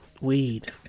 weed